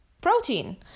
protein